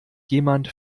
jemand